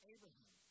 Abraham